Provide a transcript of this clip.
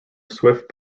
swift